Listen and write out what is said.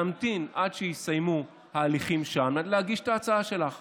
להמתין עד שיסתיימו ההליכים על מנת